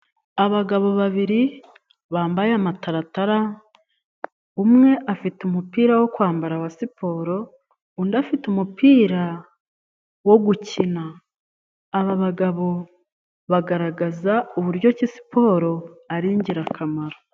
Abagabo babiri bambaye amataratara, umwe afite umupira wo kwambara wa siporo, undi afite umupira wo gukina . Aba bagabo bagaragaza uburyo ki siporo ari ingirakamaro.